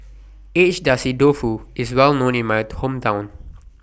Agedashi Dofu IS Well known in My Hometown